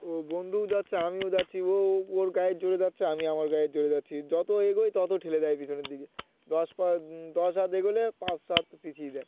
ও বন্ধুও যাচ্ছে আমিও যাচ্ছি ও ওর গায়ের জোরে যাচ্ছে আমি আমার গায়ের জোরে যাচ্ছি যত এগোই তত ঠেলে দেয় পিছনের দিকে দশ পা দশ হাত এগোলে পাঁচ সাত পিছিয়ে দেয়